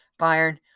Bayern